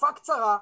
תקופה קצרה,